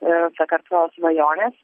ir sakartvelo svajonės